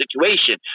situation